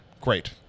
Great